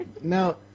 Now